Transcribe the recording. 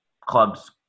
clubs